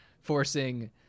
forcing